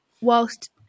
whilst